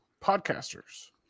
podcasters